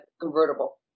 convertible